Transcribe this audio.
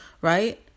right